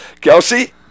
Kelsey